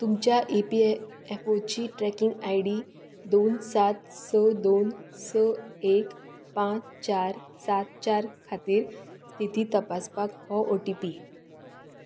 तुमच्या एपीएफोची tracking ID दोन सात स दोन स एक पांच चार सात चार खातीर स्थिती तपासपाक हो ओटिपी